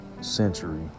Century